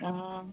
অ'